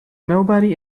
nobody